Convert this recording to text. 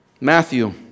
Matthew